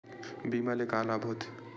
बीमा ले का लाभ होथे?